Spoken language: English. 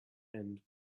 and